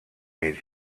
made